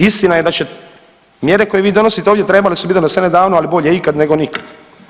Istina je da će, mjere koje vi donosite ovdje trebale su bit donesene davno, ali bolje ikad nego nikad.